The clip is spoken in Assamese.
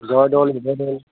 জয় দ'ল শিৱ দ'ল